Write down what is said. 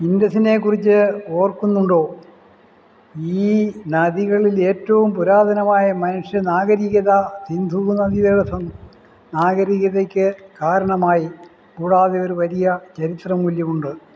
ഇൻഡസിനെക്കുറിച്ച് ഓർക്കുന്നുണ്ടോ ഈ നദികളിലേറ്റവും പുരാതനമായ മനുഷ്യനാഗരികത സിന്ധുനദീതട നാഗരികതയ്ക്ക് കാരണമായി കൂടാതെ ഒരു വലിയ ചരിത്രമൂല്യമുണ്ട്